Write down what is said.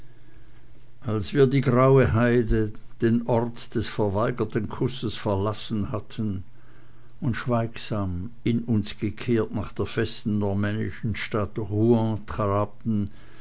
als wir die graue heide den ort des verweigerten kusses verlassen hatten und schweigsam in uns gekehrt nach der festen normännischen stadt